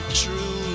true